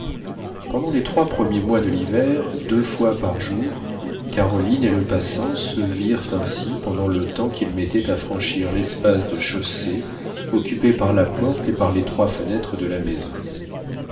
pendant les trois premiers mois de l'hiver deux fois par jour caroline et le passant se virent ainsi pendant le temps qu'il mettait à franchir l'espace de chaussée occupé par la porte et par les trois fenêtres de la maison